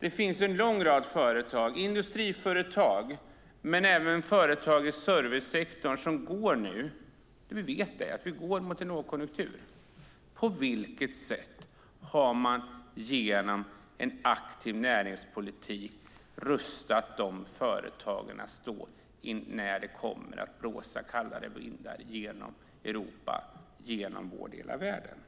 Det finns en lång rad företag, industriföretag och företag i servicesektorn, som går in i en lågkonjunktur. Vi vet att vi går in i en lågkonjunktur. På vilket sätt har man genom en aktiv näringspolitik rustat företagen inför de kallare vindar som kommer att blåsa genom Europa - vår del av världen?